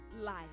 life